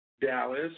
Dallas